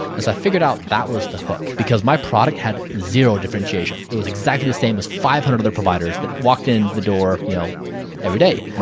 i figured out that was the hook because my product had zero differentiation. it was exactly the same as five hundred other providers that walked in the door you know every day.